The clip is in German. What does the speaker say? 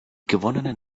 gewonnenen